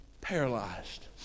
paralyzed